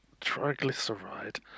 triglyceride